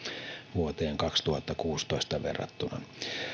vuoteen kaksituhattakuusitoista verrattuna